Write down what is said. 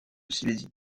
silésie